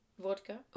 vodka